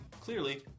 clearly